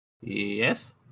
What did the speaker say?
Yes